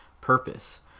purpose